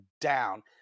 down